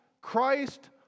Christ